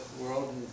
world